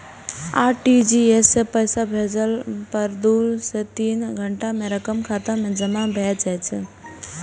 RTGS सं पैसा भेजला पर दू सं तीन घंटा मे रकम खाता मे जमा भए जाइ छै